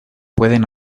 pueden